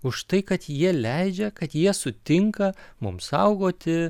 už tai kad jie leidžia kad jie sutinka mums saugoti